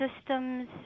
systems